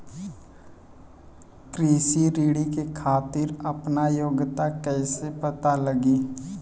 कृषि ऋण के खातिर आपन योग्यता कईसे पता लगी?